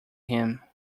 him